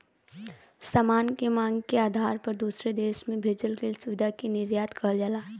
सामान के मांग के आधार पर दूसरे देश में भेजल गइल सुविधा के निर्यात कहल जाला